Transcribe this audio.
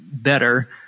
better